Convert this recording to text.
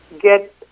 get